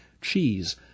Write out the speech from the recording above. cheese